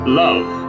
love